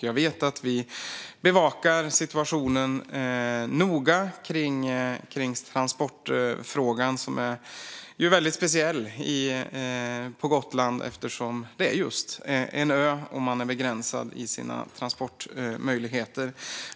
Jag vet att vi bevakar situationen noga kring transportfrågan som ju är väldigt speciell på Gotland, eftersom det är just en ö och man är begränsad i sina transportmöjligheter.